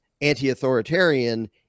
anti-authoritarian